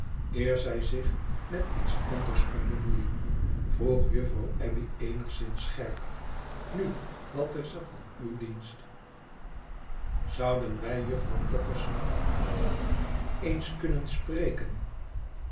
eer zij zich met iets anders kon bemoeien vroeg juffrouw abbey eenigszins scherp nu wat is er van uw dienst zouden wij juffrouw potterson eens kunnen spreken